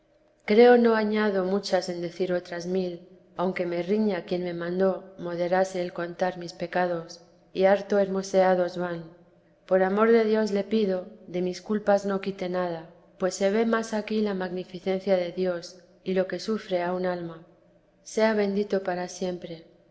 creo no añado muchas en decir otras mil aunque me riña quien me mandó moderase el contar mis pecados y harto hermoseados van por amor de dios le pido de mis culpas no quite na ja pues se ve más aquí la magnificencia de dios y lo que sufre a una alma sea bendito para siempre